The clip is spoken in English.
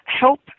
help